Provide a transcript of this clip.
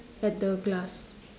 at the glass